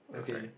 that's right